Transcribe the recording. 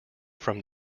from